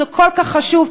זה כל כך חשוב.